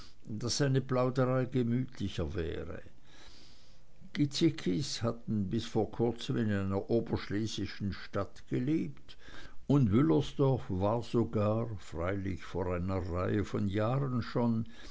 daß eine plauderei gemütlicher wäre gizickis hatten bis vor kurzem in einer kleinen oberschlesischen stadt gelebt und wüllersdorf war sogar freilich vor einer reihe von jahren schon